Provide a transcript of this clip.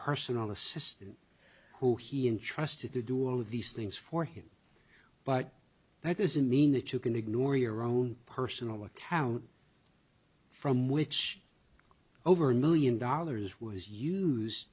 personal assistant who he in trusted to do all of these things for him but that doesn't mean that you can ignore your own personal account from which over a million dollars was use